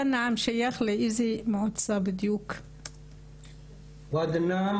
לאיזה מועצה בדיוק שייך וואדי אל-נעאם?